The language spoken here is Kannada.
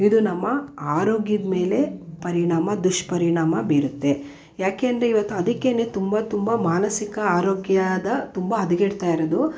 ಇದು ನಮ್ಮ ಆರೋಗ್ಯದ್ಮೇಲೆ ಪರಿಣಾಮ ದುಷ್ಪರಿಣಾಮ ಬೀರುತ್ತೆ ಏಕೆಂದರೆ ಇವತ್ತು ಅದಕ್ಕೇನೆ ತುಂಬ ತುಂಬ ಮಾನಸಿಕ ಆರೋಗ್ಯದ ತುಂಬ ಹದಗೆಡ್ತಾಯಿರೋದು